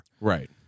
Right